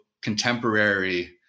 contemporary